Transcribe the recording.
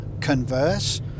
converse